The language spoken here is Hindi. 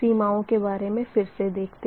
सीमाओं के बारे मे फिर से देखते है